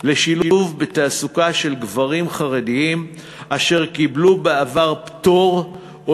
לשילוב בתעסוקה של גברים חרדים אשר קיבלו בעבר פטור או